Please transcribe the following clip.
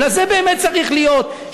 אלא זה באמת צריך להיות,